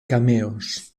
cameos